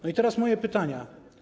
No i teraz moje pytania.